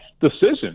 decision